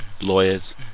lawyers